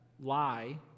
lie